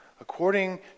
According